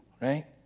right